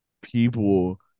people